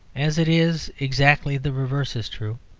as it is, exactly the reverse is true.